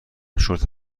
شرت